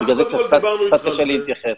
בגלל זה קצת קשה לי להתייחס.